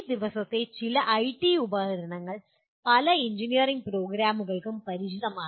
ഈ ദിവസത്തെ ചില ഐടി ഉപകരണങ്ങൾ പല എഞ്ചിനീയറിംഗ് പ്രോഗ്രാമുകൾക്കും പരിചിതമാണ്